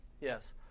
yes